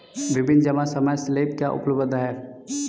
विभिन्न जमा समय स्लैब क्या उपलब्ध हैं?